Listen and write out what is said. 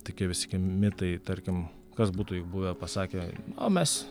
tokie visokie mitai tarkim kas būtų jeigu buvę pasakę o mes